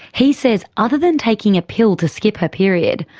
he says other than taking a pill to skip her period,